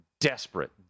desperate